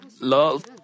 love